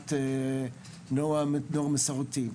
תנועת נוער מסורתי.